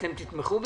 אתם תתמכו בזה?